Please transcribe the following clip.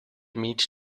meet